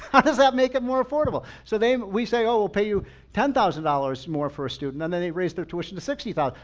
does that make it more affordable? so we say, oh, we'll pay you ten thousand dollars more for a student. and then they raise their tuition to sixty thousand.